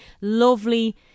lovely